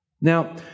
now